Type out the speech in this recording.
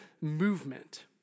movement